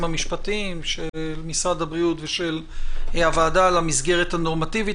המשפטיים של משרד הבריאות ושל הוועדה על המסגרת הנורמטיבית.